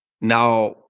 Now